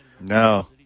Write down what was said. No